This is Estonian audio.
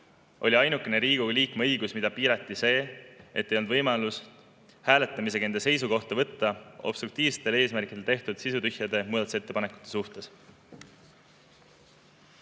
oli ainukene Riigikogu liikme õigus, mida piirati, see, et ei olnud võimalust võtta hääletamisega seisukohta obstruktiivsetel eesmärkidel tehtud sisutühjade muudatusettepanekute suhtes.